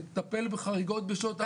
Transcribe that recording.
תטפל בחריגות בשעות העבודה.